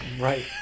Right